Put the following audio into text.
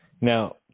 Now